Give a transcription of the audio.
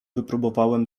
wypróbowałem